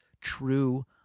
true